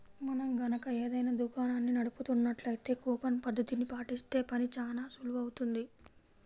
మనం గనక ఏదైనా దుకాణాన్ని నడుపుతున్నట్లయితే కూపన్ పద్ధతిని పాటిస్తే పని చానా సులువవుతుంది